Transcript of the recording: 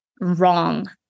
wrong